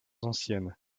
anciennes